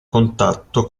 contatto